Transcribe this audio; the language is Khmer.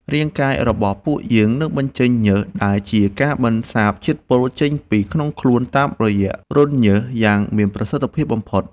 រាងកាយរបស់ពួកយើងនឹងបញ្ចេញញើសដែលជាការបន្សាបជាតិពុលចេញពីក្នុងខ្លួនតាមរយៈរន្ធញើសយ៉ាងមានប្រសិទ្ធភាពបំផុត។